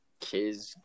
kids